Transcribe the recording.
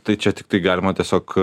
tai čia tiktai galima tiesiog